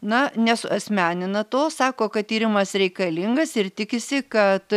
na nesuasmenina to sako kad tyrimas reikalingas ir tikisi kad